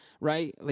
right